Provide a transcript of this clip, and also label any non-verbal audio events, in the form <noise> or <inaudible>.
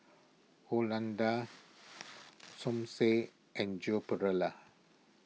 Han Lao Da <noise> Som Said and Joan Pereira